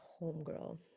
homegirl